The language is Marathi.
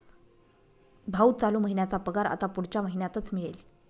भाऊ, चालू महिन्याचा पगार आता पुढच्या महिन्यातच मिळेल